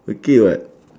okay [what]